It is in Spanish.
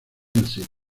music